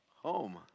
home